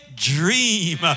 dream